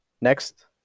Next